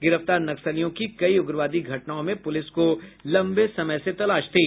गिरफ्तार नक्सलियों की कई उग्रवादी घटनाओं में पूलिस को लम्बे समय से तलाश थी